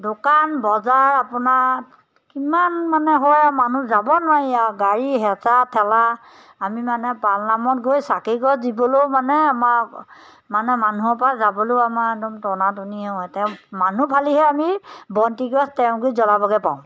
দোকান বজাৰ আপোনাৰ কিমান মানে হয় আৰু মানুহ যাব নোৱাৰি আৰু গাড়ী হেঁচা ঠেলা আমি মানে পালনামত গৈ চাকিগছ দিবলৈও মানে আমাক মানে মানুহৰ পৰা যাবলৈও আমাৰ একদম টনাটনিহে তেওঁ মানুহ ফালিহে আমি বন্তিগছ তেওঁ গুৰিত জ্বলাবগৈ পাৰোঁঁ